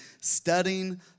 studying